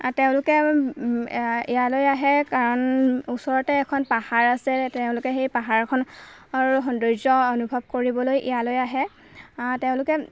তেওঁলোকে ইয়ালৈ আহে কাৰণ ওচৰতে এখন পাহাৰ আছে তেওঁলোকে সেই পাহাৰখনৰ সৌন্দৰ্য অনুভৱ কৰিবলৈ ইয়ালৈ আহে তেওঁলোকে